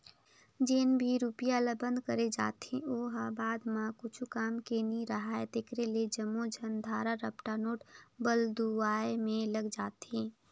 जेन भी रूपिया ल बंद करे जाथे ओ ह बाद म कुछु काम के नी राहय तेकरे ले जम्मो झन धरा रपटा नोट बलदुवाए में लग जाथे